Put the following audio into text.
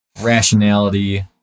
rationality